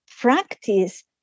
practice